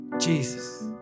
Jesus